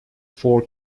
four